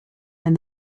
and